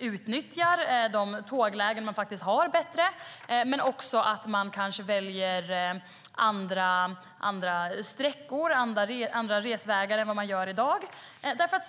utnyttjar tåglägena bättre och att man kanske väljer andra resvägar än i dag.